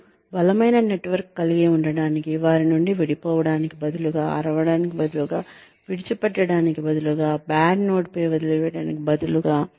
మరియు బలమైన నెట్వర్క్ కలిగి ఉండటానికి వారి నుండి విడిపోవడానికి బదులుగా అరవడానికి బదులుగా విడిచిపెట్టడానికి బదులుగా బాడ్ నోటు పై వదిలివేయడానికి బదులుగా